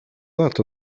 lat